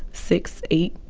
sixth eight,